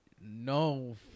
No